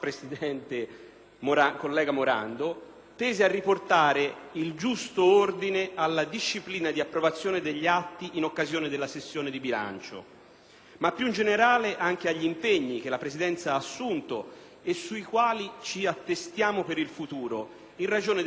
collega Morando, tese a riportare il giusto ordine nella disciplina di approvazione degli atti, in occasione della sessione di bilancio. Ma piu in generale, mi riferisco anche agli impegni che la Presidenza ha assunto e sui quali ci attestiamo per il futuro, in ragione delle questioni